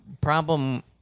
problem